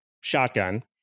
shotgun